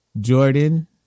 Jordan